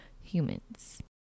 humans